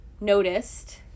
noticed